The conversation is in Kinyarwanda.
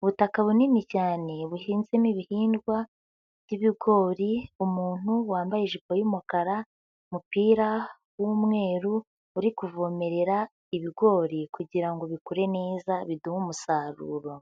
ubutaka bunini cyane buhinzemo ibihingwa by'ibigori, umuntu wambaye ijipo y'umukara, mupira w'umweru uri kuvomerera ibigori kugira ngo bikure neza biduhe umusaruro.